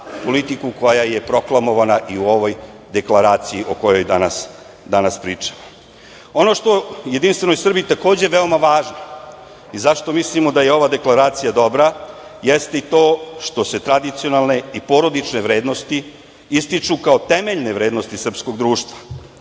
politiku koja je proklamovana i u ovoj deklaraciji o kojoj danas pričamo. Ono što je JS takođe veoma važno i zašto mislimo da je ova Deklaracija dobra jeste i to što se tradicionalne i porodične vrednosti ističu kao temeljne vrednosti srpskog društva. Jako